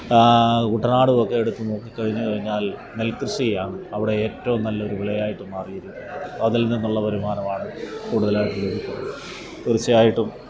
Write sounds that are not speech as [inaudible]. കുട്ടനാടും ഒക്കെ എടുത്ത് നോക്കിക്കഴിഞ്ഞ് കഴിഞ്ഞാല് നെല്കൃഷിയാണ് അവിടെ ഏറ്റവും നല്ല ഒരു വിളയായിട്ട് മാറിയിരിക്കുന്നത് അതില് നിന്നുള്ള വരുമാനമാണ് കൂടുതലായിട്ട് [unintelligible] തീര്ച്ചയായിട്ടും